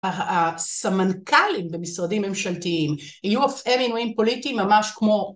הסמנכלים במשרדים ממשלתיים יהיו אף הם מינויים פוליטיים ממש כמו